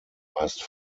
meist